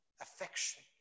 affection